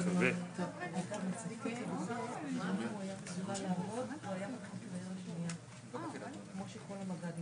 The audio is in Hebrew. שצריך לחשוב גם על כל מיני היבטים